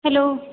hello